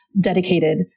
dedicated